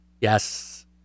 yes